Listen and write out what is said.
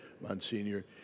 Monsignor